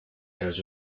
tras